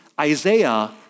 Isaiah